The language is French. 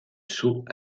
saut